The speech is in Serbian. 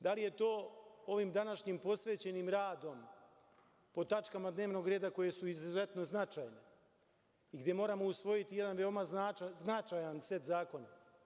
Da li je to ovim današnjim posvećenim radom po tačkama dnevnog reda koje su izuzetno značajne i gde moramo usvojiti jedan veoma značajan set zakona.